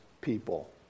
people